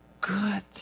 good